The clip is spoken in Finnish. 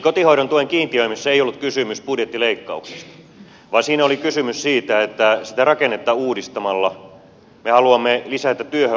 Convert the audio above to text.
kotihoidon tuen kiintiöimisessä ei ollut kysymys budjettileikkauksista vaan siinä oli kysymys siitä että sitä rakennetta uudistamalla me haluamme lisätä työhön osallistumisen määrää